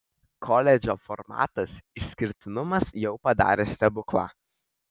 koledžo formatas išskirtinumas jau padarė stebuklą